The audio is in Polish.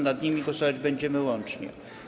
Nad nimi głosować będziemy łącznie.